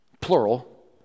plural